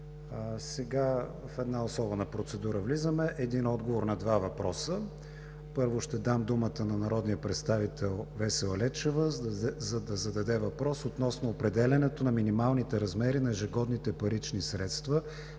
в една особена процедура – един отговор на два въпроса. Първо, ще дам думата на народния представител Весела Лечева да зададе въпрос относно определянето на минималните размери на ежегодните парични средства